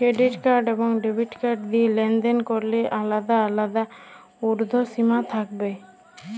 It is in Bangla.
ক্রেডিট কার্ড এবং ডেবিট কার্ড দিয়ে লেনদেন করলে কি আলাদা আলাদা ঊর্ধ্বসীমা থাকবে?